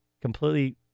completely